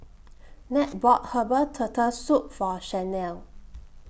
Nat bought Herbal Turtle Soup For Shanae